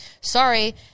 Sorry